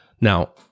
Now